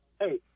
hey